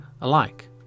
alike